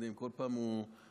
כל פעם יוצא